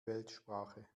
weltsprache